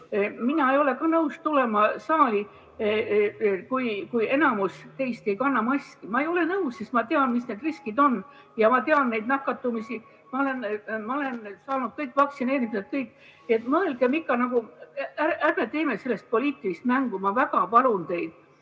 Mina ei ole ka nõus tulema saali, kui enamus teist ei kanna maski. Ma ei ole nõus, sest ma tean, mis need riskid on, ma tean neid nakatumisi. Ma olen saanud kõik vaktsiinidoosid. Mõelgem ikka! Ärme teeme sellest poliitilist mängu, ma väga palun teid!